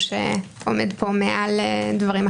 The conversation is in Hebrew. כי יש אולי מתח בין יהודי לדמוקרטי,